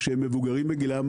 שהם מבוגרים בגילם,